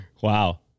Wow